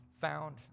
found